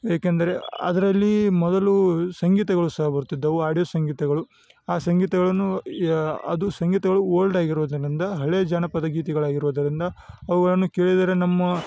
ಏಕೆಂದರೆ ಅದರಲ್ಲಿ ಮೊದಲು ಸಂಗೀತಗಳು ಸಹ ಬರುತ್ತಿದ್ದವು ಆಡಿಯೋ ಸಂಗೀತಗಳು ಆ ಸಂಗೀತಗಳನ್ನು ಅದು ಸಂಗೀತಗಳು ಓಲ್ಡ್ ಆಗಿರೋದ್ರಿಂದ ಹಳೇ ಜಾನಪದ ಗೀತೆಗಳಾಗಿರೋದರಿಂದ ಅವುಗಳನ್ನು ಕೇಳಿದರೆ ನಮ್ಮ